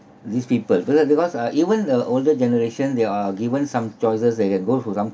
these people becau~ because uh even the older generation they are given some choices they can go for some